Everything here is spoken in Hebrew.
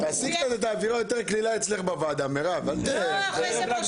תעשי את האווירה אצלך בוועדה קצת יותר